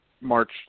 March